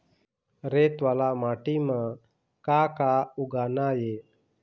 रेत वाला माटी म का का उगाना ये?